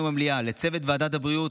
לראות היום במליאה: לצוות ועדת הבריאות,